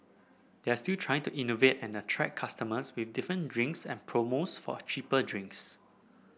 they're still trying to innovate and attract customers with different drinks and promos for cheaper drinks